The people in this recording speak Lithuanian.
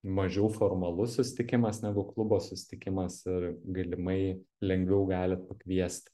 mažiau formalus susitikimas negu klubo susitikimas ir galimai lengviau galit pakviesti